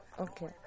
Okay